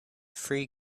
free